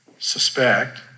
suspect